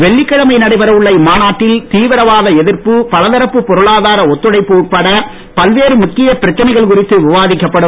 வெள்ளிக்கிழமை நடைபெற உள்ள இம்மாநாட்டில் தீவிரவாத எதிர்ப்பு பலதரப்பு பொருளாதார ஒத்துழைப்பு உட்பட பல்வேறு முக்கியப் பிரச்சனைகள் குறித்து விவாதிக்கப்படும்